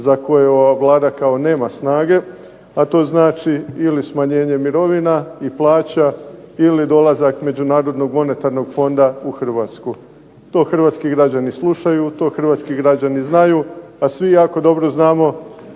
za koje ova Vlada kao nema snage, a to znači ili smanjenje mirovina i plaća ili dolazak Međunarodnog monetarnog fonda u Hrvatsku. To hrvatski građani slušaju, to hrvatski građani znaju, a svi jako dobro znamo